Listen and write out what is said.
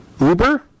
Uber